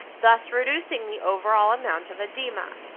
thus reducing the overall amount of edema.